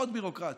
עוד ביורוקרטיה,